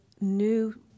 new